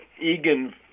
Egan